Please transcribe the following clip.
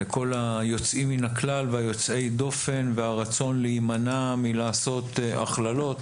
לכל היוצאים מן הכלל ויוצאי הדופן והרצון להימנע מלעשות הכללות,